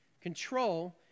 Control